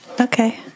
Okay